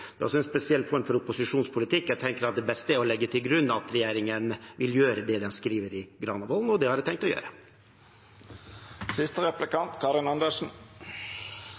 Det er også en spesiell form for opposisjonspolitikk. Jeg tenker at det beste er å legge til grunn at regjeringen vil gjøre det den skriver i Granavolden-plattformen, og det har jeg tenkt å gjøre.